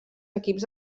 equips